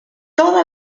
toda